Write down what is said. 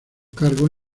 cargos